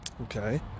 okay